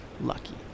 lucky